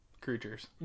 creatures